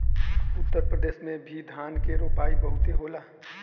उत्तर प्रदेश में भी धान के रोपाई बहुते होला